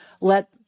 let